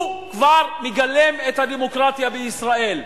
הוא כבר מגלם את הדמוקרטיה בישראל.